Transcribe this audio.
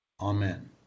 Amen